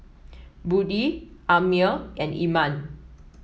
Budi Ammir and Iman